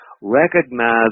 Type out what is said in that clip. recognize